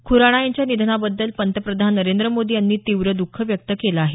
खुराणा यांच्या निधनाबद्दल पंतप्रधान नरेंद्र मोदी यांनी तीव्र दःख व्यक्त केलं आहे